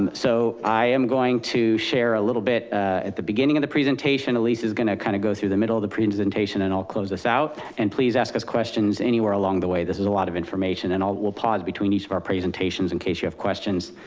and so i am going to share a little bit at the beginning of the presentation, elissa is going to kind of go through the middle of the presentation and i'll close this out and please ask us questions anywhere along the way. this is a lot of information and we'll pause between each of our presentations in case you have questions.